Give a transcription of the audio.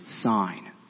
sign